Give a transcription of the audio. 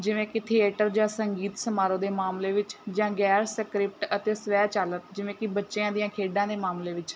ਜਿਵੇਂ ਕਿ ਥੀਏਟਰ ਜਾਂ ਸੰਗੀਤ ਸਮਾਰੋਹ ਦੇ ਮਾਮਲੇ ਵਿੱਚ ਜਾਂ ਗੈਰ ਸਕ੍ਰਿਪਟ ਅਤੇ ਸਵੈਚਾਲਿਤ ਜਿਵੇਂ ਕਿ ਬੱਚਿਆਂ ਦੀਆਂ ਖੇਡਾਂ ਦੇ ਮਾਮਲੇ ਵਿੱਚ